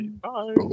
bye